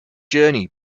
journey